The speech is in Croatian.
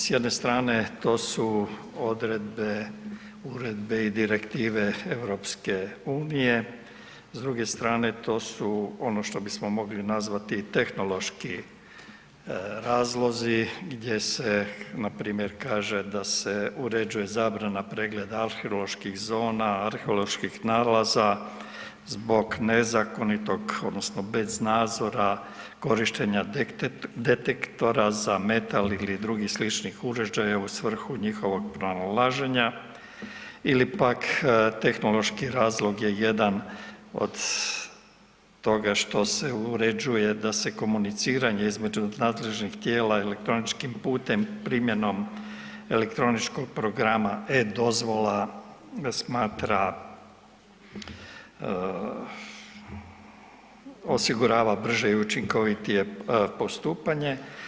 S jedne strane to su odredbe, uredbe i direktive EU, s druge strane to su ono što bismo mogli nazvati tehnološki razlozi gdje se npr. kaže da se uređuje zabrana pregleda arheoloških zona, arheoloških nalaza zbog nezakonitog odnosno bez nadzora korištenja detektora za metal ili drugih sličnih uređaja u svrhu njihovog pronalaženja ili pak tehnološki razlog je jedan od toga što se uređuje da se komuniciranje između nadležnih tijela ili kroničkim putem primjenom elektroničkog programa e-dozvola smatra osigurava brže i učinkovitije postupanje.